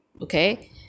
okay